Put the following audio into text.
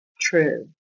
true